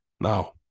Now